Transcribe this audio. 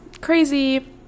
crazy